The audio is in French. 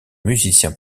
musicien